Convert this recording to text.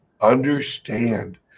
Understand